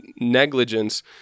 negligence